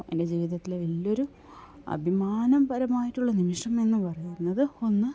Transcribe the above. എൻ്റെ ജീവിതത്തിലൊരു വലിയ ഒരു അഭിമാനപരമായിട്ടുള്ള നിമിഷം എന്ന് പറയുന്നത് ഒന്ന്